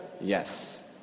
Yes